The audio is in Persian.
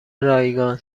رایگان